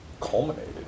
culminated